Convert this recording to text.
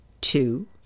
two